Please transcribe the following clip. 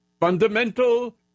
Fundamental